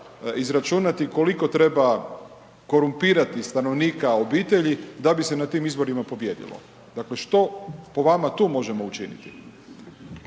izračunati, koliko treba korumpirati stanovnika obitelji da bi se na tim izborima pobijedilo. Dakle, što po vama tu možemo učiniti.